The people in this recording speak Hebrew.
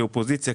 כאופוזיציה,